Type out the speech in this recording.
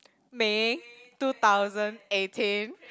May two thousand eighteen